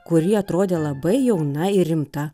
kur ji atrodė labai jauna ir rimta